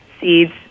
seeds